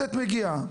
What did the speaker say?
עובדת מגיעה,